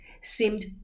seemed